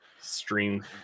stream